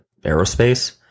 aerospace